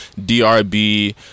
DRB